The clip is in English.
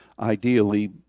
Ideally